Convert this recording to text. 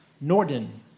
Norden